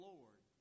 Lord